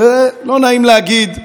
ולא נעים להגיד,